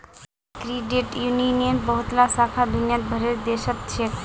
credit यूनियनेर बहुतला शाखा दुनिया भरेर देशत छेक